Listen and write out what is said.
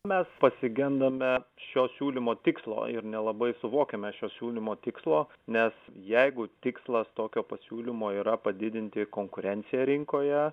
mes pasigendame šio siūlymo tikslo ir nelabai suvokiame šio siūlymo tikslo nes jeigu tikslas tokio pasiūlymo yra padidinti konkurenciją rinkoje